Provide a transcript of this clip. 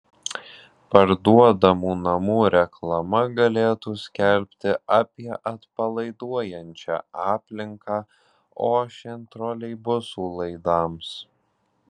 parduodamų namų reklama galėtų skelbti apie atpalaiduojančią aplinką ošiant troleibusų laidams